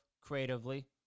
creatively